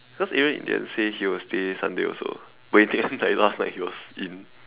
because Adrian in the end say he would stay Sunday also but in the end like last he was in